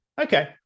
okay